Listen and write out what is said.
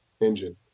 engine